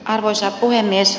arvoisa puhemies